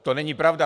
To není pravda.